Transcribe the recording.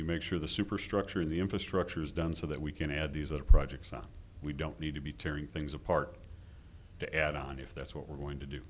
you make sure the superstructure of the infrastructure is done so that we can add these other projects on we don't need to be tearing things apart to add on if that's what we're going to do